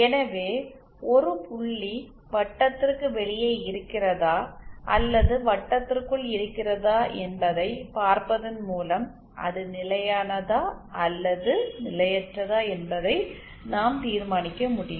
எனவே ஒரு புள்ளி வட்டத்திற்கு வெளியே இருக்கிறதா அல்லது வட்டத்திற்குள் இருக்கிறதா என்பதைப் பார்ப்பதன் மூலம் அது நிலையானதா அல்லது நிலையற்றதா என்பதை நாம் தீர்மானிக்க முடியும்